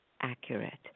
accurate